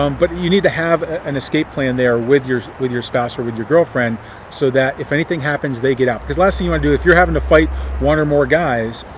um but you need to have an escape plan there with your with your spouse or with your girlfriend so that if anything happens they get out. because last thing you want to do, if youire having to fight one or more guys,